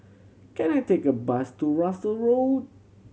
can I take a bus to Russel Road